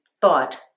thought